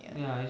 ya